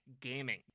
gaming